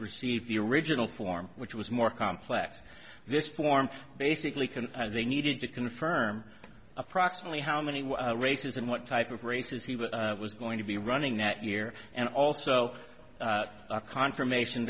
received the original form which was more complex this form basically can they needed to confirm approximately how many races and what type of races he was going to be running that year and also confirmation